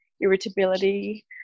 irritability